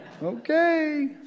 Okay